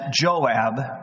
Joab